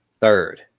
third